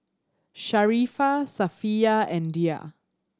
Sharifah Safiya and Dhia